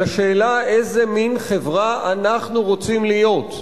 על השאלה איזה מין חברה אנחנו רוצים להיות.